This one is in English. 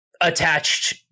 attached